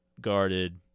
guarded